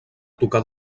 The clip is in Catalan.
tocar